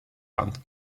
land